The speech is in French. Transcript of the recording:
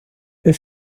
est